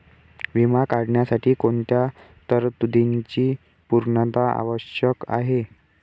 विमा काढण्यासाठी कोणत्या तरतूदींची पूर्णता आवश्यक आहे?